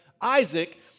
Isaac